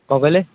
କ'ଣ କହିଲେ